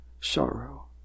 sorrow